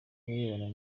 birebana